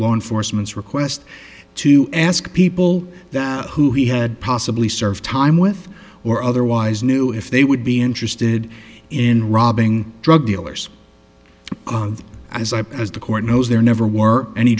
law enforcement's request to ask people who he had possibly served time with or otherwise knew if they would be interested in robbing drug dealers as i as the court knows there never were any